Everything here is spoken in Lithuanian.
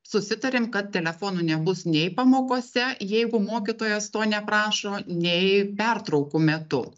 susitarėm kad telefonų nebus nei pamokose jeigu mokytojas to neprašo nei pertraukų metu